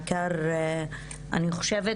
אני חושבת